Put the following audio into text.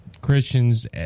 Christians